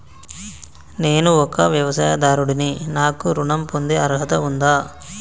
నేను ఒక వ్యవసాయదారుడిని నాకు ఋణం పొందే అర్హత ఉందా?